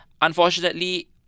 unfortunately